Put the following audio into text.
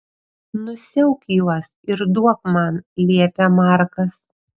nusiauk juos ir duok man liepia markas